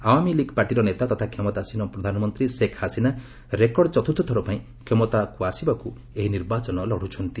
Awami League ପାର୍ଟିର ନେତା ତଥା କ୍ଷମତାସୀନ ପ୍ରଧାନମନ୍ତ୍ରୀ ଶେଖ୍ ହସିନା ରେକର୍ଡ ଚତୁର୍ଥ ଥର ପାଇଁ କ୍ଷମତାକୁ ଆସିବାକୁ ଏହି ନିର୍ବାଚନ ଲଢୁଛନ୍ତି